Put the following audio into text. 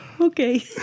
Okay